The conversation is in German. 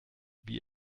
wie